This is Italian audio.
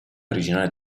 originale